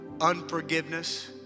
Unforgiveness